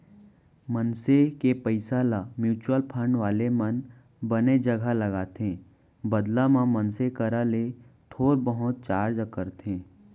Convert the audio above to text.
मनसे के पइसा ल म्युचुअल फंड वाले मन बने जघा लगाथे बदला म मनसे करा ले थोर बहुत चारज करथे